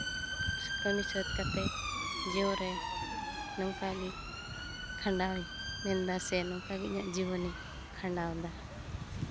ᱠᱟᱹᱢᱤ ᱥᱟᱹᱛ ᱠᱟᱛᱮ ᱡᱤᱭᱚᱱ ᱨᱮ ᱱᱚᱝᱠᱟᱜᱮ ᱠᱷᱟᱱᱰᱟᱣ ᱟᱹᱧ ᱢᱮᱱᱫᱟ ᱥᱮ ᱤᱧᱟᱹᱜ ᱡᱤᱵᱚᱱᱤᱧ ᱠᱷᱟᱱᱰᱟᱣᱮᱫᱟ